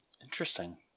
Interesting